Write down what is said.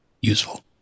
Useful